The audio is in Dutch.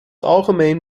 algemeen